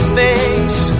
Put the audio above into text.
face